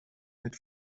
mit